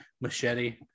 machete